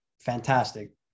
fantastic